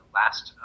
last